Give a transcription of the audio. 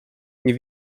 nie